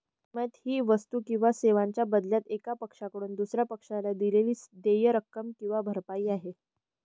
किंमत ही वस्तू किंवा सेवांच्या बदल्यात एका पक्षाकडून दुसर्या पक्षाला दिलेली देय रक्कम किंवा भरपाई आहे